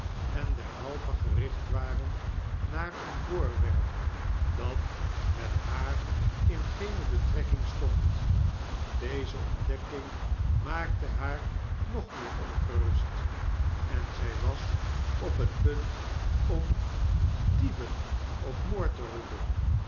en derhalve gericht waren naar een voorwerp dat met haar in geene betrekking stond deze ontdekking maakte haar nog meer ongerust en zij was op het punt om dieven of moord te roepen